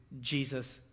Jesus